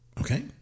Okay